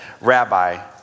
Rabbi